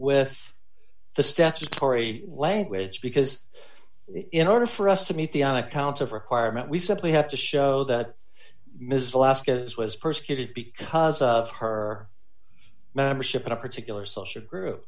with the statutory language because in order for us to meet the on account of requirement we simply have to show that missile aska was persecuted because of her membership in a particular social group